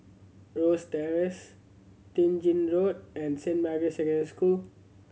Rosyth Terrace Ten Gin Road and Saint Margaret's Secondary School